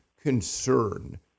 concern